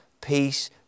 peace